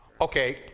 Okay